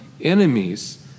enemies